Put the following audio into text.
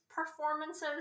performances